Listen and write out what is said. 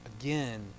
again